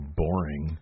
boring